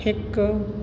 हिकु